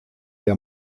der